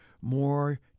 more